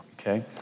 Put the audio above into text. Okay